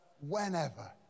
whenever